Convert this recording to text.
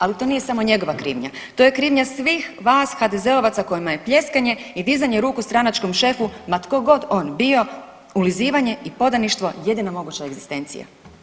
Ali to nije samo njegova krivnja to je krivnja svih vas HDZ-ovaca kojima je pljeskanje i dizanje ruku stranačkom šefu ma tko god on bio, ulizivanje i podaništvo jedina moguća egzistencija.